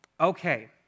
Okay